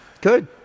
good